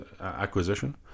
acquisition